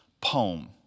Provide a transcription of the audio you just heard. poem